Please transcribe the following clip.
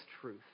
truth